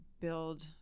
build